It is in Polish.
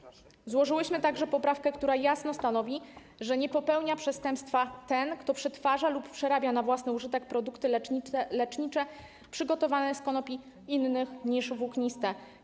Złożyłyśmy także poprawkę, która jasno stanowi, że nie popełnia przestępstwa ten, kto przetwarza lub przerabia na własny użytek produkty lecznicze przygotowane z konopi innych niż włókniste.